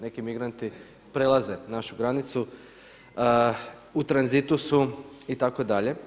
Neki migranti, prelaze našu granicu, u tranzitu su itd.